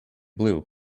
blue